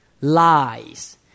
Lies